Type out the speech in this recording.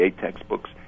textbooks